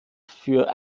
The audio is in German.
für